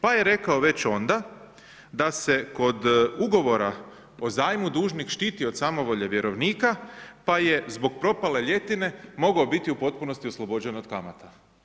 Pa je rekao već onda da se kod ugovora o zajmu dužnik štiti od samovolje vjerovnika pa je zbog propale ljetine mogao biti u potpunosti oslobođen od kamata.